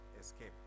escape